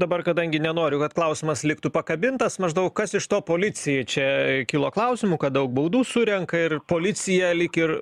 dabar kadangi nenoriu kad klausimas liktų pakabintas maždaug kas iš to policijai čia kilo klausimų kad daug baudų surenka ir policija lyg ir